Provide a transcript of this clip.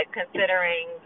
considering